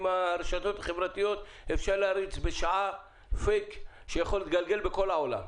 עם הרשתות החברתיות אפשר להריץ בשעה פייק שיכול להתגלגל בכל העולם.